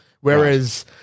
Whereas